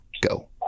Go